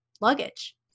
luggage